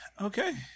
okay